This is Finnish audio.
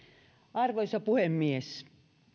arvoisa puhemies